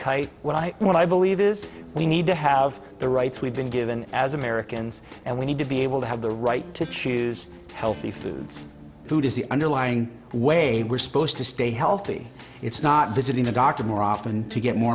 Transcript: kite what i what i believe is we need to have the rights we've been given as americans and we need to be able to have the right to choose healthy foods food is the underlying way we're supposed to stay healthy it's not visiting the doctor more often to get